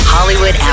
Hollywood